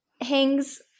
hangs